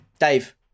Dave